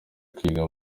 kwiga